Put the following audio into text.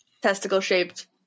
testicle-shaped